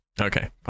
Okay